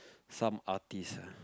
some artist ah